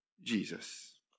Jesus